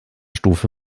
stufe